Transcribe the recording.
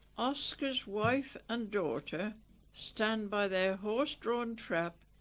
oscar's wife and daughter stand by their horse-drawn trap.